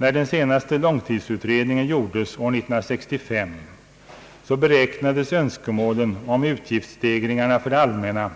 När den senaste långtidsutredningen gjordes år 1965 beräknades önskemålen om utgiftsstegringar för det allmänna